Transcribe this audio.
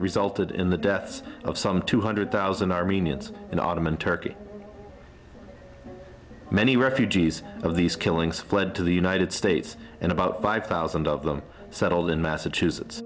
resulted in the deaths of some two hundred thousand armenians in autumn in turkey many refugees of these killings fled to the united states and about five thousand of them settled in massachusetts